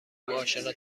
عاشق